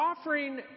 offering